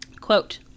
Quote